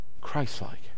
Christ-like